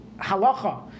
halacha